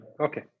Okay